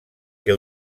que